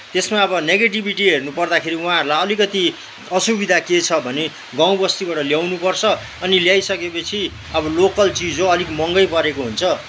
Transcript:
त्यसमा अब निगेटिभिटी हेर्नुपर्दाखेरि उहाँहरूलाई अलिकति असुविधा के छ भने गाउँबस्तीबाट ल्याउनुपर्छ अनि ल्याइसकेपछि अब लोकल चिज हो अलिक महँगै परेको हुन्छ